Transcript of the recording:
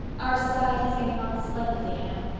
our society is getting on splendidly, anne.